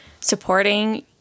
supporting